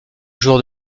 jour